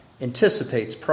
Anticipates